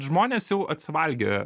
žmonės jau atsivalgė